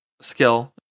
skill